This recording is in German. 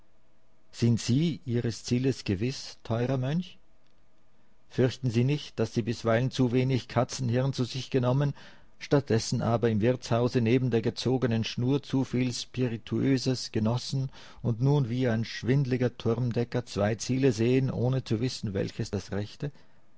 sind sie ihres zieles gewiß teurer mönch fürchten sie nicht daß sie bisweilen zu wenig katzenhirn zu sich genommen statt dessen aber im wirtshause neben der gezogenen schnur zu viel spirituöses genossen und nun wie ein schwindliger turmdecker zwei ziele sehen ohne zu wissen welches das rechte